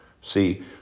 See